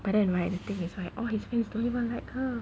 but then right the thing is right all his friends don't even like her